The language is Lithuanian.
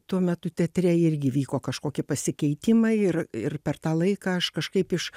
tuo metu teatre irgi vyko kažkokie pasikeitimai ir ir per tą laiką aš kažkaip iš